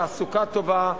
תעסוקה טובה,